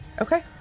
Okay